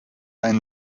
einen